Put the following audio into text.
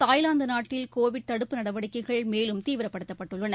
தாய்லாந்துநாட்டில் covid தடுப்பு நடவடிக்கைகள் மேலும் தீவிரப்படுத்தப்பட்டுள்ளன